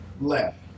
left